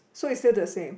so it's still the same